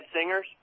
Singers